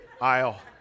aisle